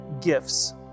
gifts